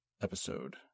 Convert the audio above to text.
episode